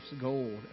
gold